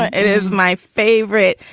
is my favorite,